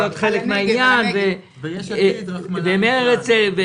הפסקת אש.